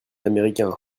américain